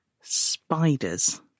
spiders